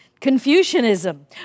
Confucianism